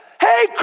Hey